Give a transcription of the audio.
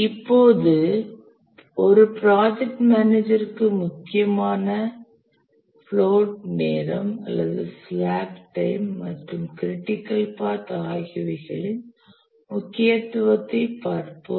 இப்போது ஒரு ப்ராஜெக்ட் மேனேஜருக்கு முக்கியமான பிளோட் நேரம் அல்லது ஸ்லாக் டைம் மற்றும் க்ரிட்டிக்கல் பாத் ஆகியவைகளின் முக்கியத்துவத்தைப் பார்ப்போம்